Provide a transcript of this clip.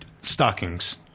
Stockings